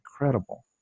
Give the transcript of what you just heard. incredible